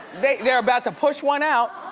they're about to push one out.